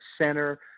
center